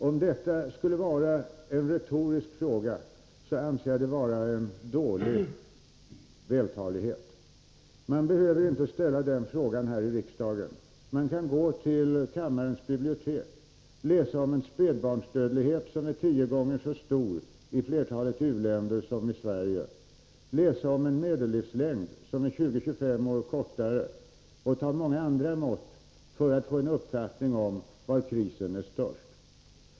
Om detta skulle vara en retorisk fråga, anser jag det vara en dålig vältalighet. Man behöver inte ställa den frågan här i riksdagen. Man kan gå till kammarens bibliotek och läsa om en spädbarnsdödlighet som är tio gånger så stor i flertalet u-länder som i Sverige. Man kan läsa om en medellivslängd som är 20-25 år kortare. Man kan även ta många andra mått för att få en uppfattning om var krisen är störst.